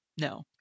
No